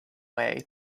way